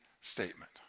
statement